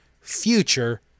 future